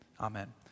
amen